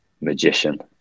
magician